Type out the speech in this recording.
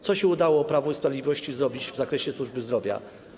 Co się udało Prawu i Sprawiedliwości zrobić w zakresie służby zdrowia?